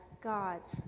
God's